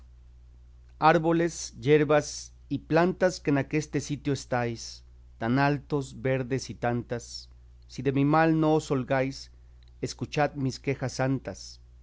árboles yerbas y plantas que en aqueste sitio estáis tan altos verdes y tantas si de mi mal no os holgáis escuchad mis quejas santas